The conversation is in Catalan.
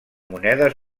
monedes